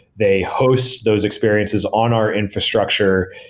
they host those experiences on our infrastructure.